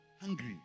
hungry